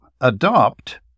adopt